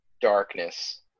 darkness